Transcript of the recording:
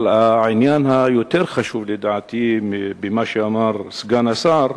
אבל העניין היותר חשוב, לדעתי, במה שאמר סגן השר: